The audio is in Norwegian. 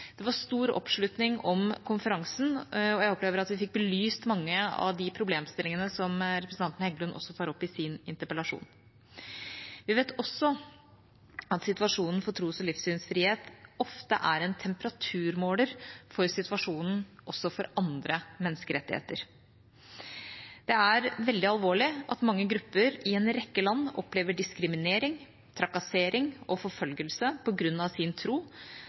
Det var stor oppslutning om konferansen, og jeg opplever at vi fikk belyst mange av de problemstillingene som representanten Heggelund også tar opp i sin interpellasjon. Vi vet også at situasjonen for tros- og livssynsfrihet ofte er en temperaturmåler for situasjonen også for andre menneskerettigheter. Det er veldig alvorlig at mange grupper i en rekke land opplever diskriminering, trakassering og forfølgelse på grunn av sin tro,